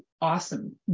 awesome